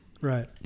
Right